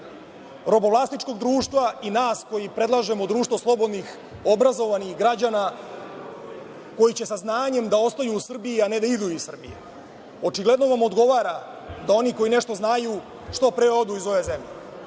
robovlasničkog društva i nas koji predlažemo društvo slobodnih, obrazovanih građana koji će sa znanjem da ostaju u Srbiji, a ne da idu iz Srbije. Očigledno vam odgovara da oni koji nešto znaju što pre odu iz ove zemlje